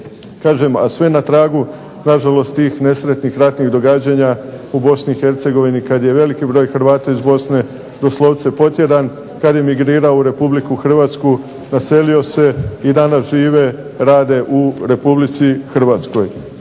kažem a sve na tragu nažalost tih nesretnih ratnih događanja u BiH kada je veliki broj Hrvata iz Bosne doslovce potjeran, kada je emigrirao u RH naselio se i danas žive i rade u RH.